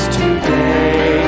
today